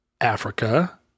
Africa